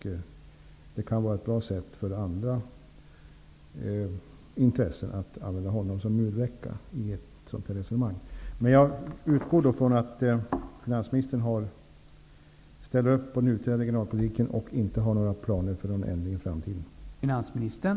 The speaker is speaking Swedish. Detta kan vara ett bra sätt för andra intressen att använda honom som murbräcka i ett sådant resonemang. Jag utgår då från att finansministern ställer upp på den nuvarande regionalpolitiken och inte har några planer på en ändring i framtiden.